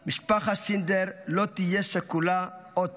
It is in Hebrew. משפחת שינדלר לא תהיה שכולה עוד פעם.